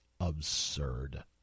absurd